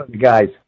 Guys